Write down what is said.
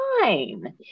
fine